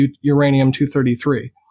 uranium-233